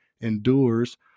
endures